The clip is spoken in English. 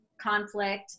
conflict